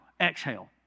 exhale